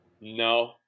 No